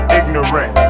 ignorant